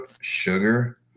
sugar